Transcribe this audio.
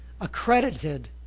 accredited